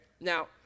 Now